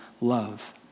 love